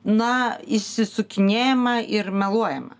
na išsisukinėjama ir meluojama